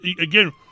Again